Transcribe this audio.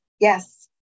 Yes